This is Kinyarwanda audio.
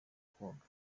koga